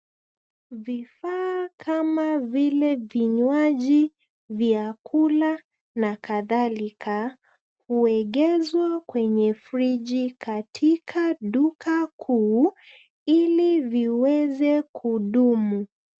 Vifaa kama vile vinywaji, vyakula na kadhalika, huegezwa kwenye friji katika duka kuu ili viweze kudumu.